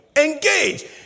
Engage